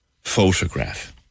photograph